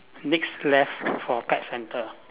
next left for pet centre